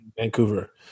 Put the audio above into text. Vancouver